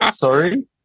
sorry